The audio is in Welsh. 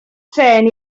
trên